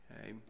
Okay